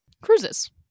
cruises